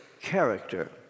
character